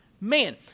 man